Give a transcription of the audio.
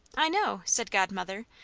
i know, said godmother,